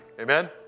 Amen